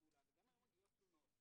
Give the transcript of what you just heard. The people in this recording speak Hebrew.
וגם היום מגיעות תלונות,